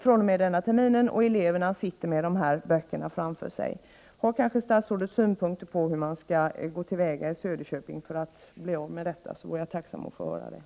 fr.o.m. denna termin sitter eleverna 12 med dessa böcker framför sig. Har statsrådet synpunkter på hur man skall gå till väga i Söderköping för att bli av med detta så vore jag tacksam att få delav Prot.